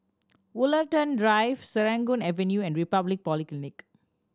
Woollerton Drive Serangoon Avenue and Republic Polytechnic